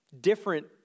different